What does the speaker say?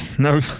No